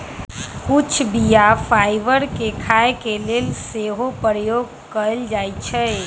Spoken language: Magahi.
कुछ बीया फाइबर के खाय के लेल सेहो प्रयोग कयल जाइ छइ